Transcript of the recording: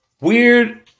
Weird